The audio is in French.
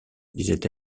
disait